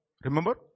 Remember